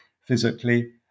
physically